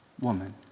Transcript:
woman